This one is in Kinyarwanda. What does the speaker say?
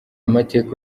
mateka